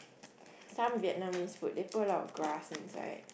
some Vietnamese food they put a lot of grass inside